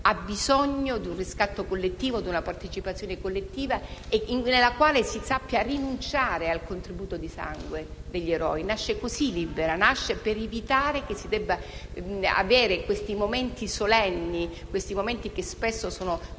ha bisogno di un riscatto e di una partecipazione collettiva, nella quale si sappia rinunciare al contributo di sangue degli eroi. Nasce così Libera, per evitare che si debbano avere questi momenti solenni, spesso fondati sul sangue